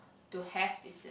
to have this